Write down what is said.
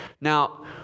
Now